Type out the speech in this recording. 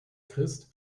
christ